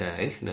Nice